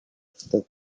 the